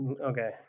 Okay